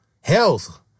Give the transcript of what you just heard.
health